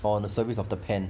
on the surface of the pan